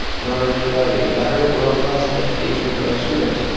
in order to provide a better world class education for our students.